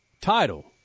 title